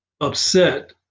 upset